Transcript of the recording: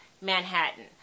Manhattan